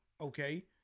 okay